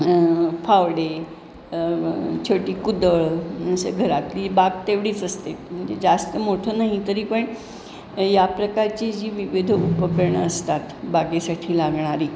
फावडे छोटी कुदळ असं घरातली बाग तेवढीच असते म्हणजे जास्त मोठं नाही तरी पण या प्रकारची जी विविध उपकरणं असतात बागेसाठी लागणारी